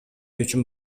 үчүн